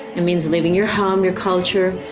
it means leaving your home, your culture,